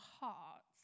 hearts